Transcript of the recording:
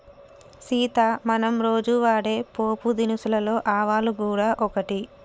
సీత మనం రోజు వాడే పోపు దినుసులలో ఆవాలు గూడ ఒకటి